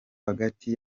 hagati